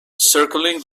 circling